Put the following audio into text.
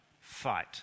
fight